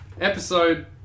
Episode